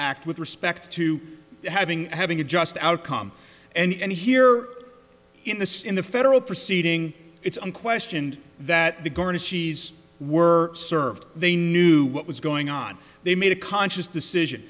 act with respect to having having a just outcome and here in the state in the federal proceeding it's unquestioned that the garnish she's were served they knew what was going on they made a conscious decision